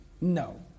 No